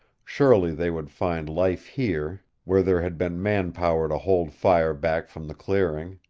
surely they would find life here, where there had been man power to hold fire back from the clearing.